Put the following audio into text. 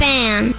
Fan